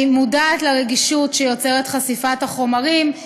אני מודעת לרגישות שיוצרת חשיפת החומרים,